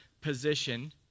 position